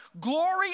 Glory